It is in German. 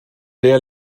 der